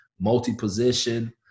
multi-position